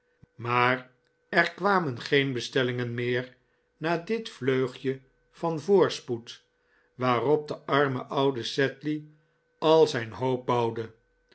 maar er kwamen geen bestellingen meer na dit vleugje van voorspoed waarop de arme oude sedley al zijn hoop bouwde